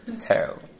terrible